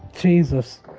Jesus